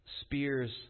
spears